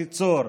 בקיצור.